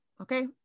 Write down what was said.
Okay